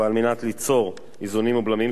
ועל מנת ליצור איזונים ובלמים,